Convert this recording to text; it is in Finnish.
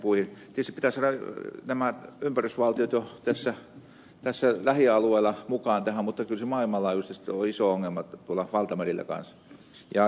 tietysti pitää saada nämä ympärysvaltiot jo tässä lähialueella mukaan tähän mutta kyllä se maailmanlaajuisesti sitten on iso ongelma tuolla valtamerillä kanssa